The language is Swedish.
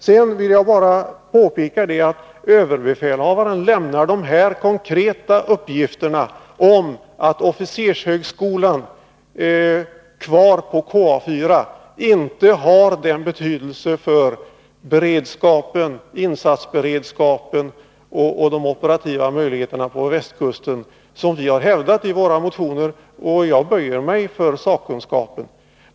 Sedan vill jag bara påpeka att överbefälhavaren lämnat den konkreta uppgiften att officershögskolan kvar på KA 4 inte har den betydelse för insatsberedskapen och de operativa möjligheterna på västkusten som vi har hävdat i våra motioner. Jag böjer mig för sakkunskapen.